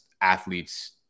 athletes